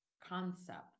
concept